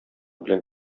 белән